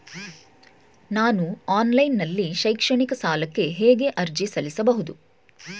ನಾನು ಆನ್ಲೈನ್ ನಲ್ಲಿ ಶೈಕ್ಷಣಿಕ ಸಾಲಕ್ಕೆ ಹೇಗೆ ಅರ್ಜಿ ಸಲ್ಲಿಸಬಹುದು?